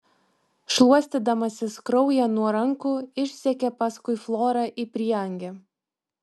šluostydamasis kraują nuo rankų išsekė paskui florą į prieangį